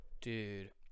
Dude